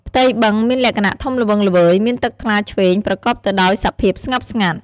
ផ្ទៃបឹងមានលក្ខណ:ធំល្វឹងល្វើយ មានទឹកថ្លាឈ្វេង ប្រកបទៅដោយសភាពស្ងប់ស្ងាត់។